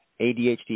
ADHD